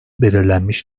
belirlenmiş